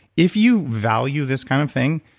if you value this kind of thing,